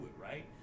right